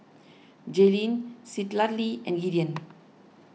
Jaylen Citlalli and Gideon